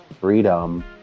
freedom